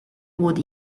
would